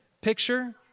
picture